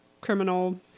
criminal